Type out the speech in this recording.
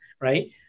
right